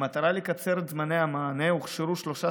במטרה לקצר את זמני המענה הוכשרו שלושה